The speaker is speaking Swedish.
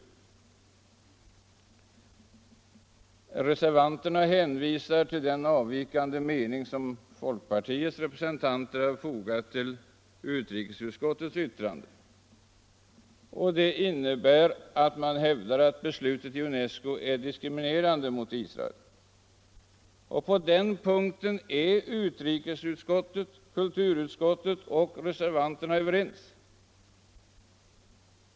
Reservanterna hänvisar till den avvikande mening som folkpartiets representanter har fogat vid utrikesutskottets yttrande. Det innebär att man hävdar att resolutionen i UNESCO är diskriminerande mot Israel. På den punkten är utrikesutskottet, kulturutskottet och reservanterna överens.